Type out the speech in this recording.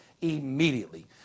immediately